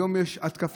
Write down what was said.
היום יש התקפה,